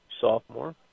sophomore